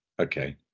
Okay